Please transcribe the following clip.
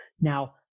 now